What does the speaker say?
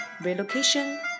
Relocation